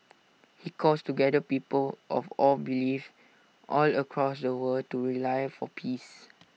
he calls together people of all beliefs all across the world to rely for peace